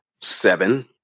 seven